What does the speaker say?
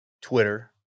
Twitter